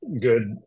good